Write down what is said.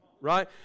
right